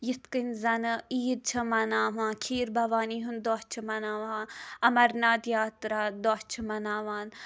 یِتہٕ کٔنۍ زَن عید چھِ مناوان کھیربَوانی ہُند دۄہ چھِ مناوان امرناتھ یاترا دۄہ چھِ مناوان